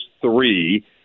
three